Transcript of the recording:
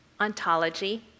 ontology